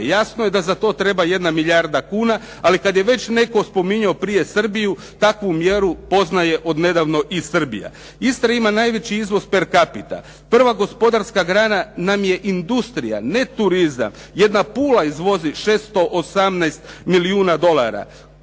Jasno je da za to treba jedna milijarda kuna, ali kada je već netko spominjao Srbiju, takvu mjeru poznaje od nedavno i Srbija. Istra ima najveći izvoz … /Govornik se ne razumije./ … prva gospodarska grana nam je industrija, ne turizam. Jedna Pula izvozi 618 milijuna dolara.